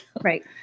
Right